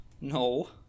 No